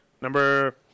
Number